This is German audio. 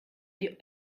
die